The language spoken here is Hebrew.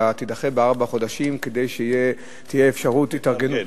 אלא הוא יידחה בארבעה חודשים כדי שתהיה אפשרות התארגנות.